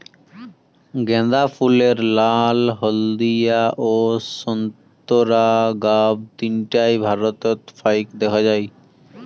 গ্যান্দা ফুলের নাল, হলদিয়া ও সোন্তোরা গাব তিনটায় ভারতত ফাইক দ্যাখ্যা যায়